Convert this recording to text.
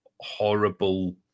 horrible